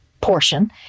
portion